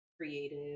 creative